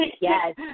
Yes